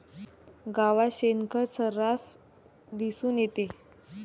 गावात शेणखत सर्रास दिसून येते